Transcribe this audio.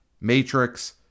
Matrix